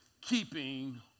keeping